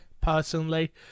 personally